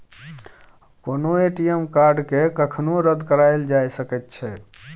कोनो ए.टी.एम कार्डकेँ कखनो रद्द कराएल जा सकैत छै